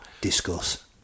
Discuss